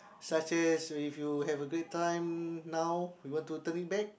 such as we if you have a great time now we want to turn it back